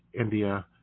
India